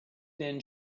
then